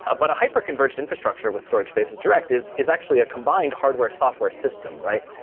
ah but a hyper converging infrastructure with storage spaces direct is is actually a combined hardware software system, right?